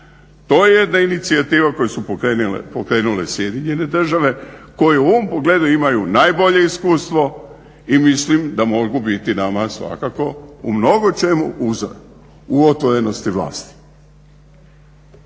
To je jedna inicijativu koju su pokrenule SAD koje u ovom pogledu imaju najbolje iskustvo i mislim da mogu biti nama svakako u mnogočemu uzor u otvorenosti vlasti.